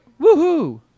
Woohoo